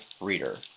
Reader